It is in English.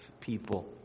people